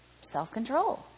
self-control